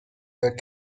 were